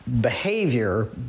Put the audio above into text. behavior